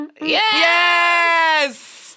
Yes